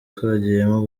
twagiyemo